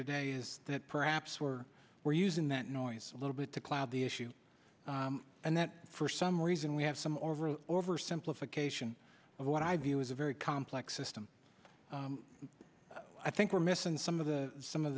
today is that perhaps we're we're using that noise a little bit to cloud the issue and that for some reason we have some over simplification of what i view as a very complex system i think we're missing some of the some of